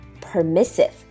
permissive